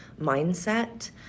mindset